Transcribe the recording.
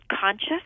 conscious